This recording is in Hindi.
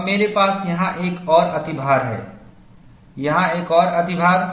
और मेरे पास यहाँ एक और अतिभार है यहाँ एक और अधिभार